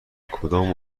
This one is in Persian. کدام